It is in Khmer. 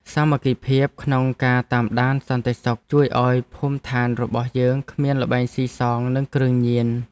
សាមគ្គីភាពក្នុងការតាមដានសន្តិសុខជួយឱ្យភូមិឋានរបស់យើងគ្មានល្បែងស៊ីសងនិងគ្រឿងញៀន។